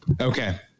okay